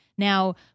Now